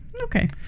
Okay